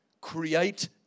create